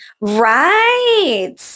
Right